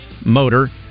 motor